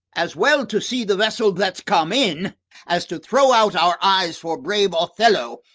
as well to see the vessel that's come in as to throw out our eyes for brave othello,